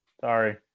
Sorry